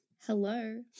hello